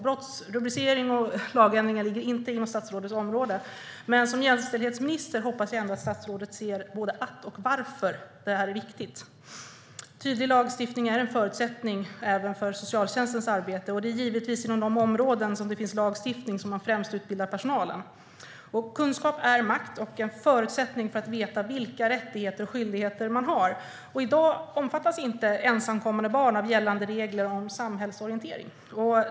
Brottsrubriceringar och lagändringar ligger inte inom statsrådets område, men jag hoppas att hon som jämställdhetsminister ser både att och varför det här är viktigt. Tydlig lagstiftning är en förutsättning även för socialtjänstens arbete, och det är givetvis främst inom de områden där det finns lagstiftning som man utbildar personalen. Kunskap är makt och en förutsättning för att veta vilka rättigheter och skyldigheter man har. I dag omfattas inte ensamkommande barn av gällande regler om samhällsorientering.